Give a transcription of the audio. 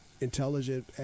intelligent